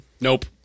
Nope